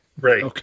Right